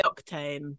octane